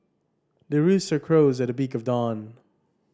the rooster crows at the break of dawn